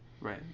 Right